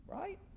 right